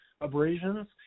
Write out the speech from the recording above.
abrasions